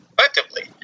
effectively